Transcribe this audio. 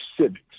civics